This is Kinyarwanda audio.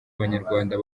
abanyarwanda